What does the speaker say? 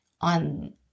on